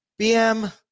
BM